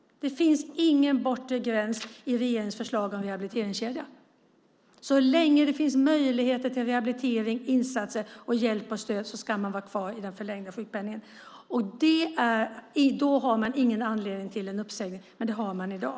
Det finns ingen bortre gräns i regeringens förslag om en rehabiliteringskedja. Så länge det finns möjligheter till rehabilitering, insatser, hjälp och stöd ska man vara kvar i förlängd sjukpenning. Då finns det ingen anledning till uppsägning, men det finns det i dag.